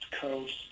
Coast